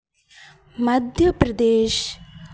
Madhya Pradesh